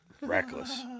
Reckless